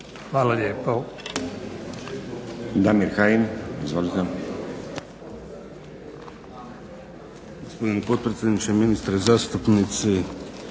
Hvala lijepo.